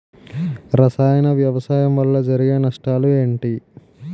రసాయన వ్యవసాయం వల్ల జరిగే నష్టాలు ఏంటి?